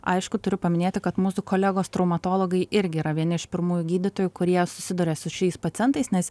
aišku turiu paminėti kad mūsų kolegos traumatologai irgi yra vieni iš pirmųjų gydytojų kurie susiduria su šiais pacientais nes